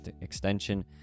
extension